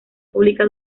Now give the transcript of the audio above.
pública